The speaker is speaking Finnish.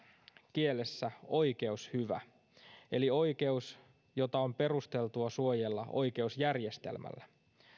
kielessä oikeushyvä eli oikeus jota on perusteltua suojella oikeusjärjestelmällä